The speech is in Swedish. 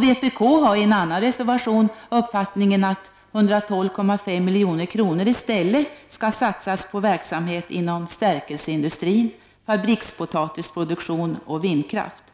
Vpk har i en annan reservation uppfattningen att 112,5 milj.kr. i stället skall satsas på verksamhet inom stärkelseindustrin, fabrikspotatisproduktion och vindkraft.